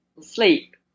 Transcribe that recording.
sleep